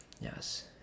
Yes